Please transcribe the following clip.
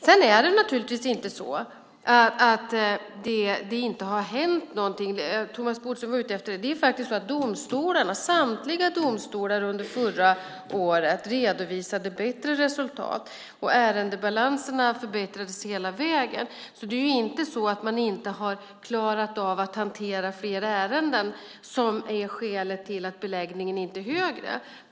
Det är naturligtvis inte så att det inte har hänt någonting, som Thomas Bodström var ute efter. Samtliga domstolar redovisade bättre resultat under förra året, och ärendebalanserna förbättrades hela vägen. Det är inte det att man inte har klarat av att hantera fler ärenden som är skälet till att beläggningen inte är högre.